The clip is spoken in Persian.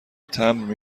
تمبر